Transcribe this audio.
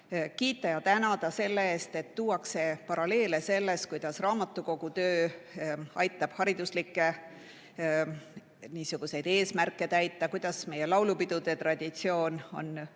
kiita ja tänada selle eest, et tuuakse paralleele selle kohta, kuidas raamatukogutöö aitab hariduslikke eesmärke täita, kuidas meie laulupidude traditsioon on ühelt